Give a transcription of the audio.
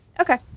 okay